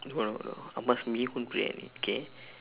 no no no amma's mee-hoon briyani K